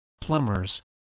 plumbers